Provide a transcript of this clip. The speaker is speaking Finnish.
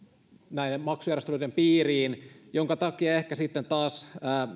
näiden maksujärjestelyiden piiriin minkä takia ehkä sitten taas